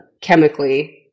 chemically